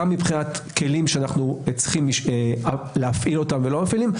גם מבחינת כלים שאנו צריכים להפעילם ולא מפעילים.